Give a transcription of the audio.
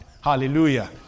Hallelujah